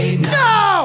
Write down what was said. No